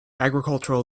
agricultural